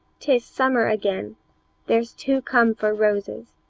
tis summer again there's two come for roses.